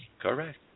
Correct